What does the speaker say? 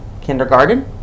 kindergarten